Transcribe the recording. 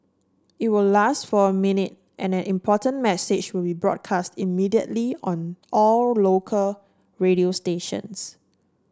it will last for a minute and an important message will be broadcast immediately on all local radio stations